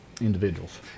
individuals